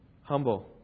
Humble